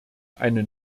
eine